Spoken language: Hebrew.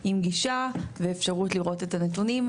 עם גישה ואפשרות לראות את הנתונים.